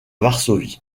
varsovie